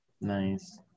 nice